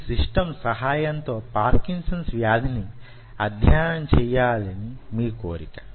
ఈ సిస్టమ్ సహాయం తో పార్కిన్సన్స్ వ్యాధిని అధ్యయనం చేయాలని మీ కోరిక